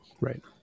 Right